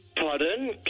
Pardon